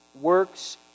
works